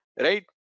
right